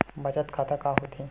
बचत खाता का होथे?